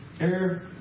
air